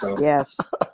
Yes